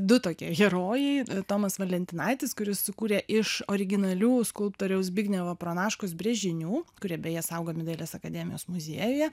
du tokie herojai tomas valentinaitis kuris sukūrė iš originalių skulptoriaus zbignevo pranaškos brėžinių kurie beje saugomi dailės akademijos muziejuje